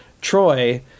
Troy